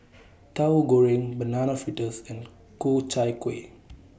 Tahu Goreng Banana Fritters and Ku Chai Kueh